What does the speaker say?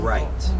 Right